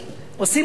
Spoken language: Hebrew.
עושים רע.